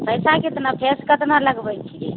पइसा कितना फेस कतना लगबै छियै